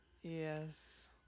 Yes